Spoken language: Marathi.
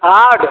हा चल